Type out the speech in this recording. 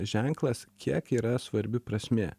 ženklas kiek yra svarbi prasmė